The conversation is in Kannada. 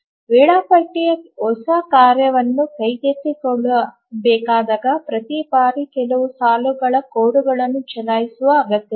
ವೇಳಾಪಟ್ಟಿಗಾಗಿ ಹೊಸ ಕಾರ್ಯವನ್ನು ಕೈಗೆತ್ತಿಕೊಳ್ಳಬೇಕಾದಾಗ ಪ್ರತಿ ಬಾರಿ ಕೆಲವೇ ಸಾಲುಗಳ ಕೋಡ್ಗಳನ್ನು ಚಲಾಯಿಸುವ ಅಗತ್ಯವಿದೆ